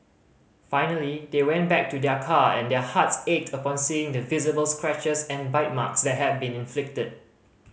finally they went back to their car and their hearts ached upon seeing the visible scratches and bite marks that had been inflicted